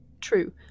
True